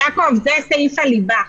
יעקב, זה סעיף הליבה.